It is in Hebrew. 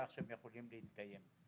כך שהם יכולים להתקיים,